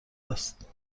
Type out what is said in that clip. است